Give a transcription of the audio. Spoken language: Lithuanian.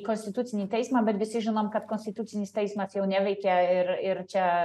konstitucinį teismą bet visi žinom kad konstitucinis teismas jau neveikia ir ir čia